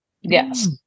Yes